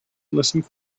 listened